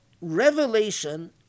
revelation